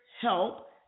help